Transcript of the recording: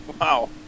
Wow